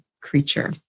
creature